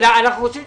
רוצים נתונים.